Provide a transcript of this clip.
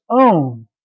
own